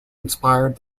inspired